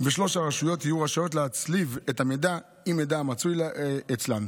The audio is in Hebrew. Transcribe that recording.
ושלוש הרשויות יהיו רשאיות להצליב את המידע עם מידע המצוי אצלן.